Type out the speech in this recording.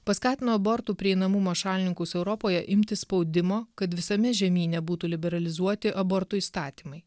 paskatino abortų prieinamumo šalininkus europoje imtis spaudimo kad visame žemyne būtų liberalizuoti abortų įstatymai